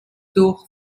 durch